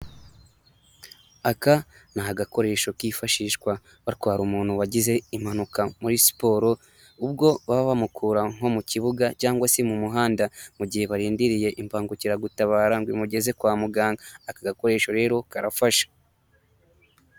Aka ni agakoresho kifashishwa batwara umuntu wagize impanuka muri siporo, ubwo baba bamukura nko mu kibuga cyangwa se mu muhanda. Mu gihe barindiriye imbangukiragutabara ngo imugeze kwa muganga. Aka gakoresho rero karafasha.